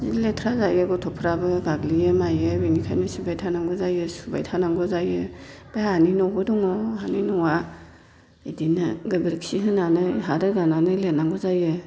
जि लेथ्रा जायो गथ'फोराबो गाग्लियो मायो बेनिखायनो सिबबाय थानांगौ जायो सुबाय थानांगौ जायो ओमफ्राय हानि न'बो दङ हानि न'आ बिदिनो गोबोरखि होनानै हा रोगानानै लिरनांगौ जायो